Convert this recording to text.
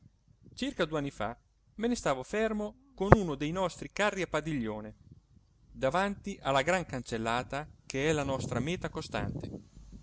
circa due anni fa me ne stavo fermo con uno de nostri carri a padiglione davanti alla gran cancellata che è la nostra mèta costante